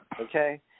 okay